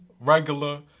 Regular